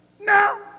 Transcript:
Now